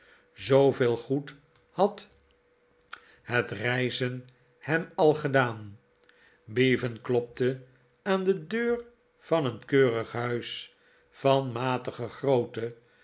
zooveel goed had het reizen hem al gedaan bevan klopte aan de deur van een keurig huis van matige grootte